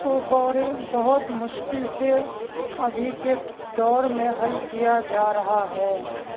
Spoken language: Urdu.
کو بورے بہت مشکل سے ابھی کے دور میں حل کیا جا رہا ہے